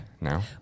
now